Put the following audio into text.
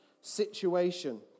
situation